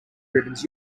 ribbons